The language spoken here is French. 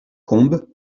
combe